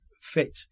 fit